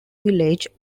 village